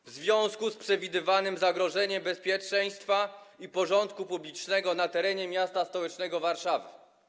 W związku z przewidywanym zagrożeniem bezpieczeństwa i porządku publicznego na terenie miasta stołecznego Warszawy.